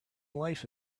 life